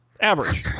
Average